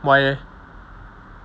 why leh